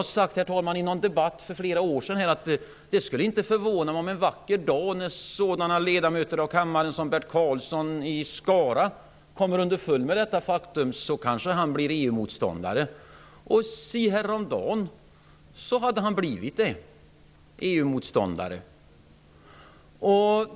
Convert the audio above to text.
Jag sade här i en debatt för flera år sedan att det inte skulle förvåna mig om sådana ledamöter av kammaren som Bert Karlsson i Skara, när de en vacker dag kommer underfund med detta faktum, kanske blir EU-motståndare. -- Si häromdagen hade han blivit EU-motståndare.